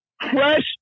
fresh